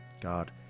God